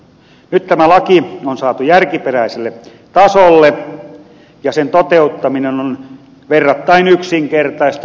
nyt tämä laki on saatu järkiperäiselle tasolle ja sen toteuttaminen on verrattain yksinkertaista